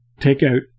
takeout